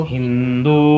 Hindu